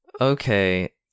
Okay